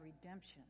redemption